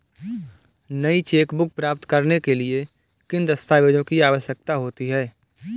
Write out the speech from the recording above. नई चेकबुक प्राप्त करने के लिए किन दस्तावेज़ों की आवश्यकता होती है?